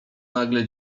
nagle